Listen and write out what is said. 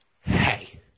hey